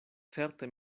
certe